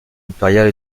impériale